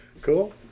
Cool